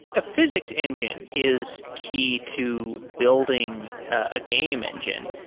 a physics engine is key to building a game engine.